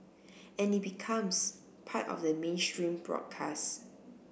and it becomes part of mainstream broadcast